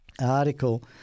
article